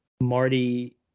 Marty